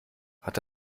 hat